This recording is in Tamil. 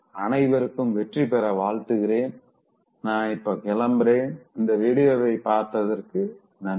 அனைவருக்கும் வெற்றி பெற வாழ்த்துக்கள் நா இப்ப கிளம்புறேன் இந்த வீடியோவை பார்த்ததற்கு நன்றி